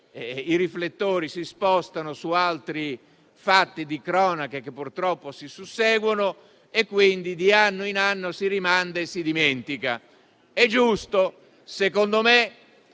i riflettori si spostano su altri fatti di cronaca che purtroppo si susseguono, per cui di anno in anno si rimanda e si dimentica. Secondo me